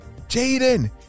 Jaden